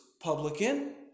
publican